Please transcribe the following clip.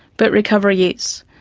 but recovery is.